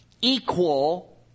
equal